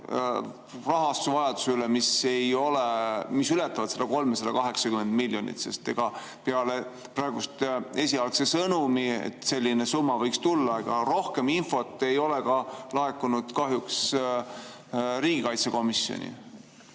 rahastusvajaduse üle, mis ületab seda 380 miljonit? Sest ega peale praeguse esialgse sõnumi, et selline summa võiks tulla, rohkem infot ei ole laekunud kahjuks ka riigikaitsekomisjoni.